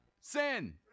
sin